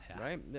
right